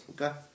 Okay